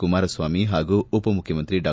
ಕುಮಾರಸ್ವಾಮಿ ಹಾಗೂ ಉಪಮುಖ್ಯಮಂತ್ರಿ ಡಾ